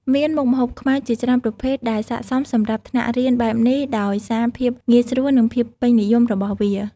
មានមុខម្ហូបខ្មែរជាច្រើនប្រភេទដែលស័ក្តិសមសម្រាប់ថ្នាក់រៀនបែបនេះដោយសារភាពងាយស្រួលនិងភាពពេញនិយមរបស់វា។